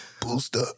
Booster